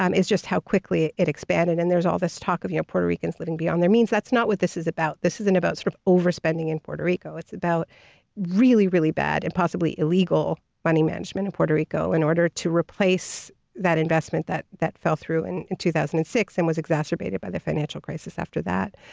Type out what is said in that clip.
um just how quickly it expanded. and there's all this talk of you know puerto ricans living beyond their means. that's not what this is about. this isn't about sort of overspending in puerto rico. it's about really, really bad and possibly illegal money management in and puerto rico in order to replace that investment that that fell through and in two thousand and six and was exacerbated by the financial crisis after that.